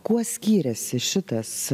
kuo skyrėsi šitas